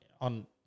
on